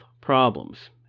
problems